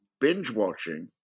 binge-watching